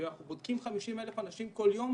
אנחנו בודקים 50,000 כל יום,